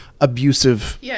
abusive